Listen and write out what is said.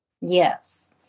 Yes